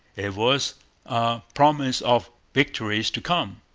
it was a promise of victories to come.